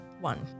one